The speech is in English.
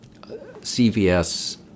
CVS